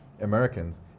Americans